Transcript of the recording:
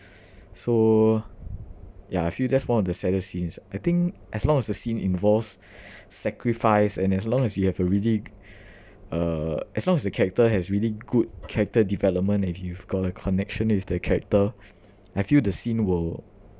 so ya I feel that's one of the saddest scenes I think as long the scene involves sacrifice and as long as you have a really uh as long as the character has really good character development and you've got a connection with the character I feel the scene will